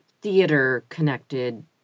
theater-connected